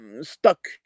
stuck